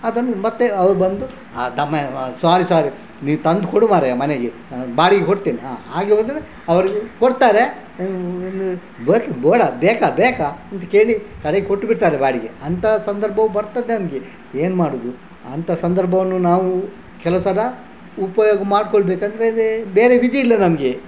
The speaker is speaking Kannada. ಅದನ್ನು ಮತ್ತೆ ಅವ್ರು ಬಂದು ದಮ್ಮಯ್ಯ ಸಾರಿ ಸಾರಿ ನೀನು ತಂದು ಕೊಡು ಮಹರಾಯ ಮನೆಗೆ ಬಾಡಿಗೆ ಕೊಡ್ತೇನೆ ಹಾಂ ಹಾಗೆ ಹೋದರೆ ಅವರು ಕೊಡ್ತಾರೆ ಬೋಡ ಬೇಕಾ ಬೇಕಾ ಅಂತ ಕೇಳಿ ಕಡೆಗೆ ಕೊಟ್ಟು ಬಿಡ್ತಾರೆ ಬಾಡಿಗೆ ಅಂಥ ಸಂದರ್ಭವೂ ಬರ್ತದೆ ನಮಗೆ ಏನು ಮಾಡುವುದು ಅಂಥ ಸಂದರ್ಭವನ್ನು ನಾವು ಕೆಲವು ಸಲ ಉಪಯೋಗ ಮಾಡ್ಕೊಳ್ಬೇಕು ಅಂದರೆ ಅದೇ ಬೇರೆ ವಿಧಿ ಇಲ್ಲ ನಮಗೆ